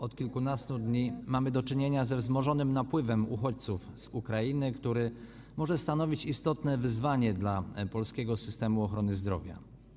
Od kilkunastu dni mamy do czynienia ze wzmożonym napływem uchodźców z Ukrainy, który może stanowić istotne wyzwanie dla polskiego systemu ochrony zdrowia.